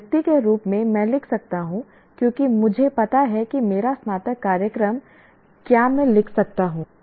एक व्यक्ति के रूप में मैं लिख सकता हूं क्योंकि मुझे पता है कि मेरा स्नातक कार्यक्रम क्या मैं लिख सकता हूं